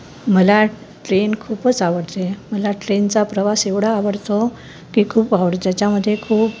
मला ट्रेन खूपच आवडते मला ट्रेनचा प्रवास एवढा आवडतो की खूप आवड त्याच्यामध्ये खूप